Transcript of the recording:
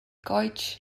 goets